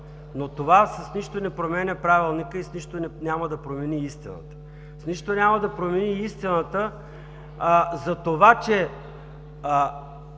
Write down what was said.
но това с нищо не променя Правилника и с нищо няма да промени истината. С нищо няма да промени и истината за това, че